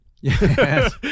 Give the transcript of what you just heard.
yes